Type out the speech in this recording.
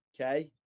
Okay